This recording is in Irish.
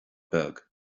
beag